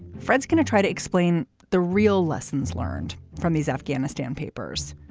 fred's going to try to explain the real lessons learned from these afghanistan papers,